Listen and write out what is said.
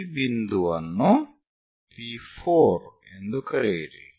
ಆ ಬಿಂದುವನ್ನು P4 ಎಂದು ಕರೆಯಿರಿ